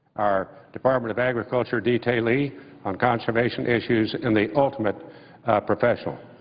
our department of agriculture detailee on conservation issues and the ultimate professional.